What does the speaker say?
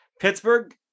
Pittsburgh